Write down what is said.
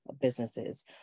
businesses